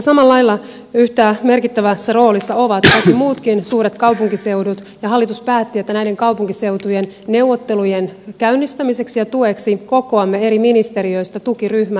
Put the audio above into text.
samalla lailla yhtä merkittävässä roolissa ovat toki muutkin suuret kaupunkiseudut ja hallitus päätti että näiden kaupunkiseutujen neuvottelujen käynnistämiseksi ja tueksi kokoamme eri ministeriöistä tukiryhmän